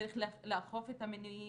צריך לאכוף את המניעים,